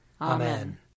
Amen